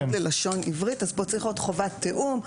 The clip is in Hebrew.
ללשון עברית אז פה צריך להיות חובת תיאום,